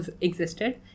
existed